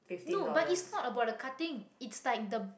no but it's not about the cutting it's like the